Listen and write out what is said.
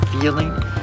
feeling